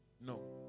No